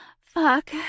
fuck